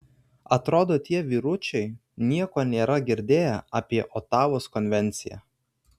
atrodo tie vyručiai nieko nėra girdėję apie otavos konvenciją